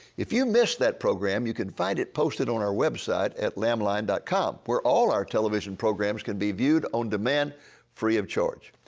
if you missed that program, you can find it posted on our website at lamblion com, where all our television programs can be viewed on demand free of charge.